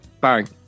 Bang